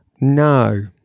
No